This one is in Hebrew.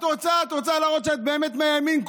את רוצה להראות שאת באמת מהימין?